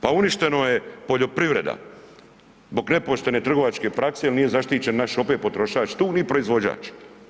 Pa uništeno je poljoprivreda zbog nepoštene trgovačke prakse jer nije zaštićen naš opet potrošač tu ni proizvođač.